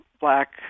black